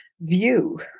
view